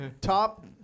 top